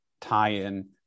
tie-in